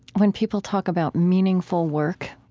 when people talk about meaningful work.